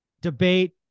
debate